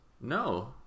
No